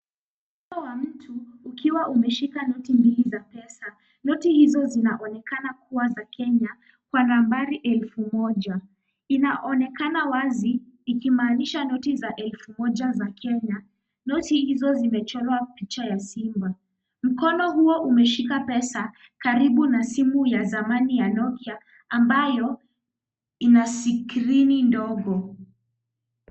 Mkono wa mtu, ukiwa umeshika noti mbili za pesa. Noti hizo zinaonekana kuwa za Kenya kwa nambari elfu moja. Inaonekana wazi, ikimanisha noti za elfu moja za Kenya. Noti hizo zimechorwa picha simba. Mkono huo umeshika pesa, karibu na simu ya zamani ya Nokia, ambayo inaskrini ndogo.